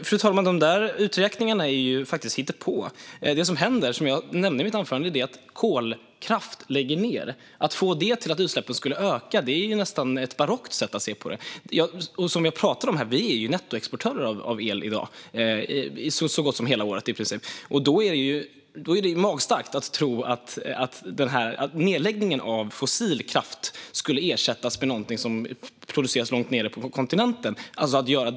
Fru talman! De där uträkningarna är faktiskt hittepå. Det som händer är det som jag nämnde i mitt anförande. Att få detta till att nedläggning av kolkraft skulle öka utsläppen är ett barockt sätt att se det på. Som jag pratade om är vi nettoexportörer av el i dag under så gott som hela året, och då är det magstarkt att tro att fossilkraft som läggs ned skulle ersättas med något som produceras långt nere på kontinenten.